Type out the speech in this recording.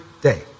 day